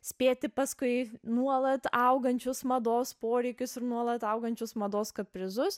spėti paskui nuolat augančius mados poreikius ir nuolat augančius mados kaprizus